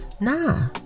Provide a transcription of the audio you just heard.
Nah